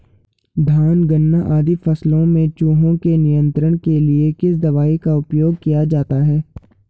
धान गन्ना आदि फसलों में चूहों के नियंत्रण के लिए किस दवाई का उपयोग किया जाता है?